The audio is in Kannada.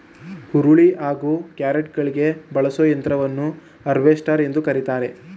ಹುರುಳಿ ಹಾಗೂ ಕ್ಯಾರೆಟ್ಕುಯ್ಲಿಗೆ ಬಳಸೋ ಯಂತ್ರವನ್ನು ಹಾರ್ವೆಸ್ಟರ್ ಎಂದು ಕರಿತಾರೆ